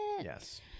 Yes